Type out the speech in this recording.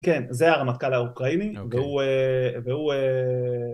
כן, זה הרמטכאל האוקראיני, והוא...